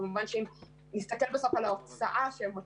כמובן שאם נסתכל על ההוצאה התקציבית שהם מוציאים,